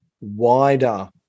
wider